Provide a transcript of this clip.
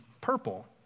purple